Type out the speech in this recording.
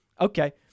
Okay